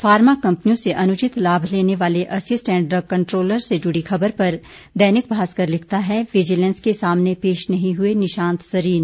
pharma कंपनियों से अनुचित लाभ लेने वाले असिस्टेंट ड्रग कंट्रोलर से जुड़ी खबर पर दैनिक भास्कर लिखता है विजिलेंस के सामने पेश नहीं हुए निशांत सरीन